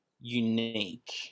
unique